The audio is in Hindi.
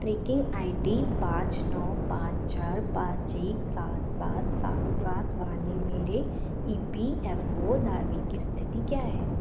ट्रैकिंग आई डी पाँच नौ पाँच चार पाँच एक सात सात सात सात वाले मेरे ई पी एफ़ ओ दावे की स्थिति क्या है